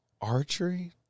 Archery